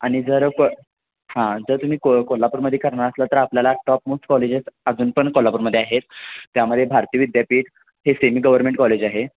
आनि जर को हां जर तुम्ही को कोल्हापूरमध्ये करणार असलं तर आपल्याला टॉपमोस्ट कॉलेजेस अजून पण कोल्हापूरमध्ये आहेत त्यामध्ये भारती विद्यापीठ हे सेमी गव्हर्मेंट कॉलेज आहे